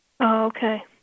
Okay